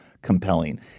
compelling